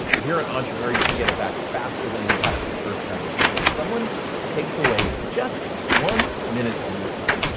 if you're an entrepreneur, you can get it back faster than you got it the first time around. but someone takes away just one minute of your time,